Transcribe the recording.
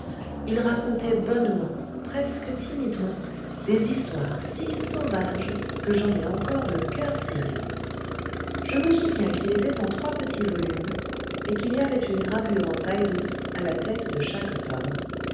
il racontait bonnement presque timidement des histoires si sauvages que j'en ai encore le coeur serré je me souviens qu'il était en trois petits volumes et qu'il y avait une gravure en taille-douce à la tête de chaque tome